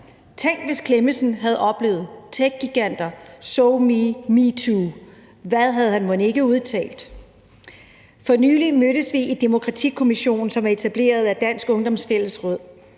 Tænk, hvis Clemmensen havde oplevet techgiganter, SoMe og MeToo. Hvad havde han mon ikke udtalt! For nylig mødtes vi i Demokratikommissionen, som er etableret af Dansk Ungdoms Fællesråd.